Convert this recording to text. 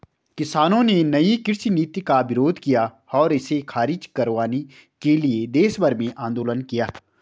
किसानों ने नयी कृषि नीति का विरोध किया और इसे ख़ारिज करवाने के लिए देशभर में आन्दोलन किया